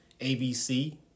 ABC